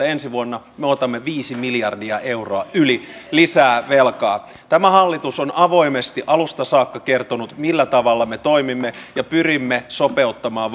ensi vuonna me otamme yli viisi miljardia euroa lisää velkaa tämä hallitus on avoimesti alusta saakka kertonut millä tavalla me toimimme ja pyrimme sopeuttamaan